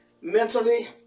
mentally